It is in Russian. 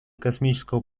космического